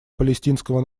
палестинского